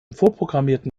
vorprogrammierten